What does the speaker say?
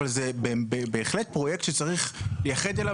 אבל זה בהחלט פרויקט שצריך לייחס אליו